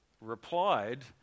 replied